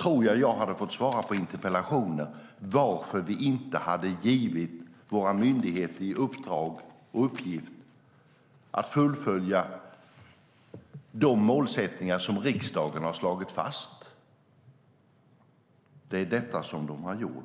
tror jag att jag hade fått svara på interpellationer om varför vi inte hade givit våra myndigheter i uppdrag och uppgift att fullfölja de målsättningar som riksdagen har slagit fast. Det är detta som de har gjort.